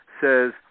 says